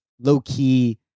low-key